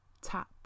Tap